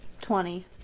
Twenty